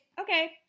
Okay